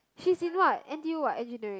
she's in what N_T_U what engineering